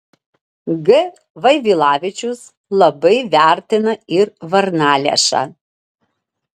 g vaivilavičius labai vertina ir varnalėšą